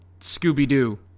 scooby-doo